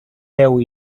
deu